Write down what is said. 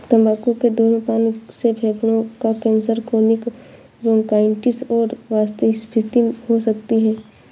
तंबाकू के धूम्रपान से फेफड़ों का कैंसर, क्रोनिक ब्रोंकाइटिस और वातस्फीति हो सकती है